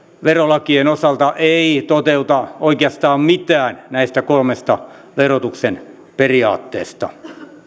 verolakien osalta ei toteuta oikeastaan mitään näistä kolmesta verotuksen periaatteesta